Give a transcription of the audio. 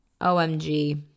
OMG